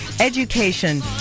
education